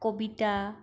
কবিতা